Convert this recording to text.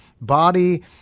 body